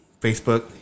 Facebook